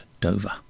Dover